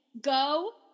go